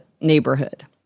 neighborhood